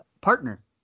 partner